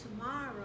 tomorrow